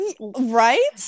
right